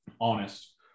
honest